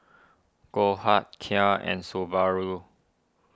Goldheart Kia and Subaru